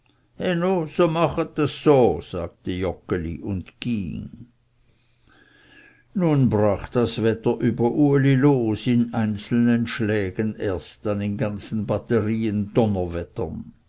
sagte joggeli und ging nun brach das wetter über uli los in einzelnen schlägen erst dann in ganzen batterien donnerwettern